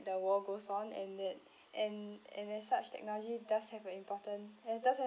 the world goes on and it and and then such technology does have an important does have